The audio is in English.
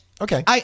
Okay